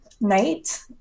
night